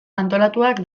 antolatuak